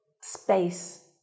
space